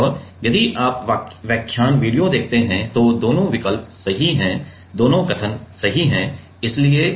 और यदि आप व्याख्यान वीडियो देखते हैं तो दोनों विकल्प सही हैं दोनों कथन सही हैं इसलिए यह c है